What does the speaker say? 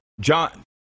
John